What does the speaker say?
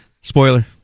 Spoiler